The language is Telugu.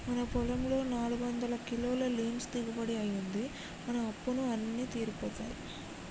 మన పొలంలో నాలుగొందల కిలోల లీన్స్ దిగుబడి అయ్యింది, మన అప్పులు అన్నీ తీరిపోతాయి